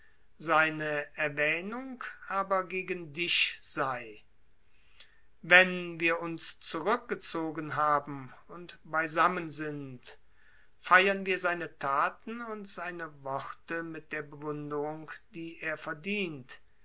seine erwähnung gegen dich sei wenn wir uns zurückgezogen haben und beisammen sind feiern wir seine thaten und seine worte mit der bewunderung die er verdient